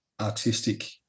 artistic